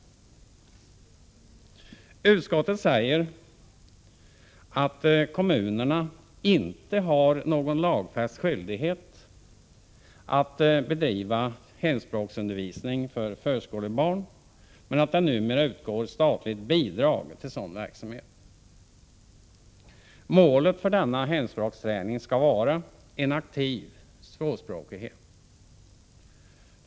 Utskottet säger att kommunerna inte har någon lagfäst skyldighet att bedriva hemspråksundervisning för förskolebarn, men att det numera utgår statligt bidrag till sådan verksamhet. Målet för denna hemspråksträning skall vara en aktiv tvåspråkighet.